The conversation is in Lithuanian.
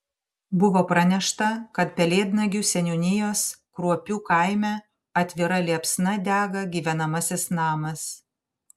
buvo pranešta kad pelėdnagių seniūnijos kruopių kaime atvira liepsna dega gyvenamasis namas